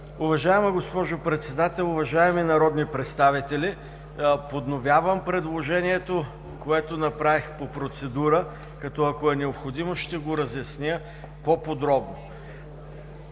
Уважаема госпожо Председател, уважаеми народни представители! Подновявам предложението, което направих по процедура. Ако е необходимо, ще го разясня по-подробно.